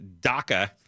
DACA